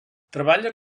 treballa